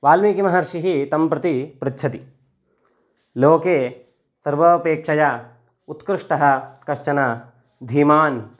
वाल्मीकिमहर्षिः तं प्रति पृच्छति लोके सर्वापेक्षया उत्कृष्टः कश्चन धीमान्